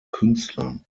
künstlern